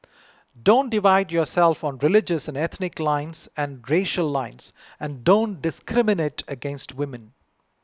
don't divide yourself on religious and ethnic lines and racial lines and don't discriminate against women